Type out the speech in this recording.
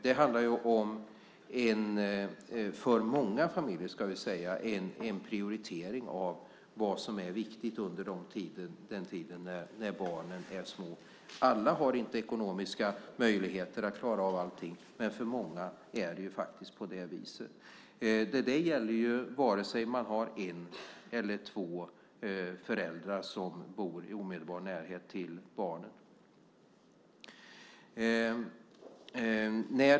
Det handlar för många familjer om en prioritering av vad som är viktigt under den tid då barnen är små. Alla har inte ekonomiska möjligheter att klara av allting, men för många är det faktiskt på det viset. Det gäller vare sig man har en eller två föräldrar som bor i omedelbar närhet till barnen.